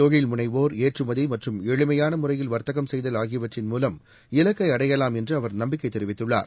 தொழில் முனைவோர் ஏற்றுமதி மற்றும் எளிமையான முறையில் வர்த்தகம் செய்தல் ஆகியவற்றின் மூலம் இலக்கை அடையலாம் என்று அவர் நம்பிக்கை தெரிவித்துள்ளார்